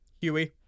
Huey